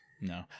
No